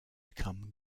become